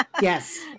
Yes